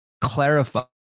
clarify